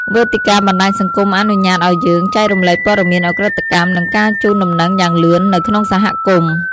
វេទិកាបណ្តាញសង្គមអនុញ្ញាតឲ្យយើង ចែករំលែកព័ត៌មានឧក្រិដ្ឋកម្ម និងការជូនដំណឹងយ៉ាងលឿន នៅក្នុងសហគមន៍។